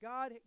God